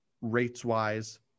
rates-wise